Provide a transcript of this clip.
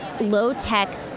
low-tech